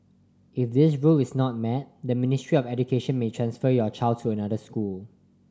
if this rule is not met the Ministry of Education may transfer your child to another school